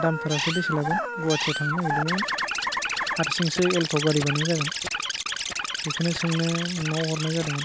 दामफोरासो बेसे लागोन गुवाहाटियाव थांनो नागिरदोंमोन हारसिंसो एलट' गारिबानो जागोन बेखौनो सोंनो नोंनाव हरनाय जादोंमोन